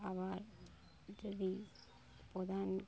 আবার যদি প্রধান